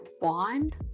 bond